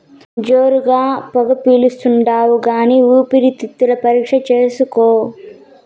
జోరుగా పొగ పిలిస్తాండావు కానీ ఊపిరితిత్తుల పరీక్ష చేయించుకో